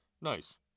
nice